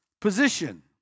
position